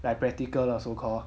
like practical lah so called